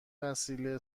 وسیله